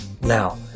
now